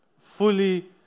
fully